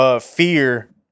Fear